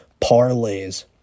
parlays